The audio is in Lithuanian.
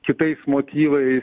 kitais motyvais